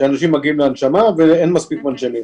אנשים מגיעים להנשמה, ואין מספיק מנשימים.